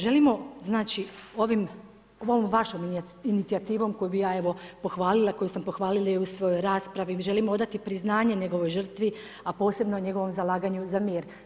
Želimo ovom, vašim inicijativom koju bi ja evo pohvalila, koju sam pohvalila i u ovoj svojoj raspravi, želim odati priznanje njegovoj žrtvi a posebno njegovom zalaganju za mir.